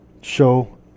show